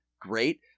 great